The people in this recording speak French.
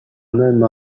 même